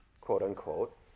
quote-unquote